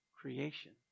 creation